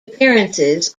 appearances